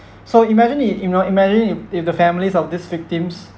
so imagine you you know imagine if if the families of these victims